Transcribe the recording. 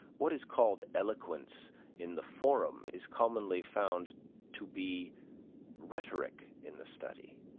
what is called eloquence in the forum is commonly found to be rhetoric in the study.